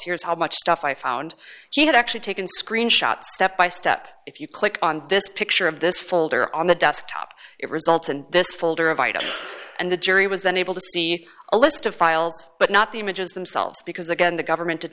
here's how much stuff i found she had actually taken screenshots step by step if you click on this picture of this folder on the desktop it results in this folder of items and the jury was then able to see a list of files but not the images themselves because again the government did